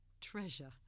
treasure